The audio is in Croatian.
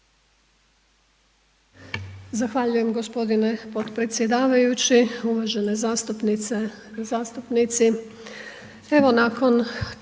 Zahvaljujem g. potpredsjedavajući, uvažene zastupnice, zastupnici.